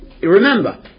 remember